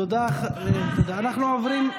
תודה, חבר הכנסת.